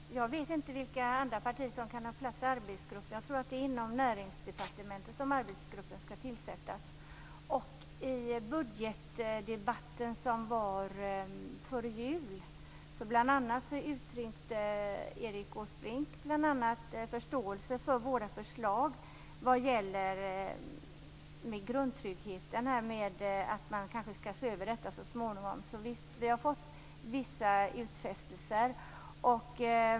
Herr talman! Jag vet inte vilka andra partier som har plats i arbetsgruppen. Jag tror att arbetsgruppen skall tillsättas inom Näringsdepartementet. I budgetdebatten före jul uttryckte bl.a. Erik Åsbrink förståelse för våra förslag vad gäller grundtryggheten; man kanske skall se över detta så småningom. Så vi har visst fått vissa utfästelser.